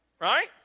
right